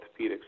orthopedics